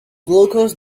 glucose